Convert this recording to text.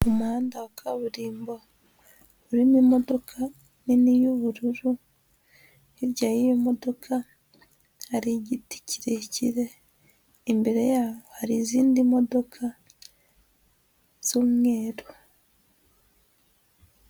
Umuhanda wa kaburimbo urimo imodoka nini y'ubururu, hirya y'iyo modoka hari igiti kirekire imbere yaho hari izindi modoka z'umweru.